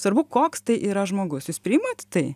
svarbu koks tai yra žmogus jūs priimat tai